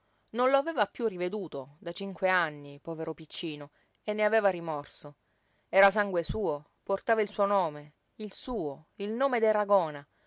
lo aveva piú riveduto da cinque anni povero piccino e ne aveva rimorso era sangue suo portava il suo nome il suo il nome